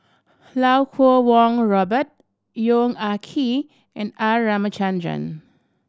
Iau Kuo Kwong Robert Yong Ah Kee and R Ramachandran